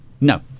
No